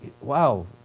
wow